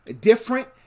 different